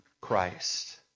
Christ